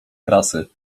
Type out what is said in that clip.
krasy